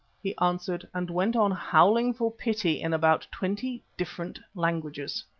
he answered, and went on howling for pity in about twenty different languages.